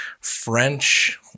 French